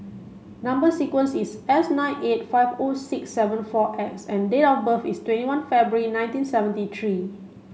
number sequence is S nine eight five O six seven four X and date of birth is twenty one February nineteen seventy three